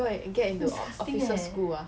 go and get into officer school ah